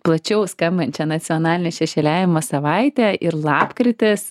plačiau skambančią nacionalinę šešėliavimo savaitę ir lapkritis